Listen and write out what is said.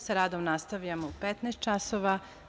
Sa radom nastavljamo u 15,00 časova.